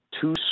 two